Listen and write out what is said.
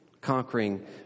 conquering